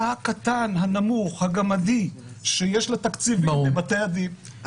הקטן, הנמוך, הגמדי, שיש לתקציבים בבתי הדין.